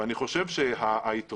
אני חושב שהיתרונות,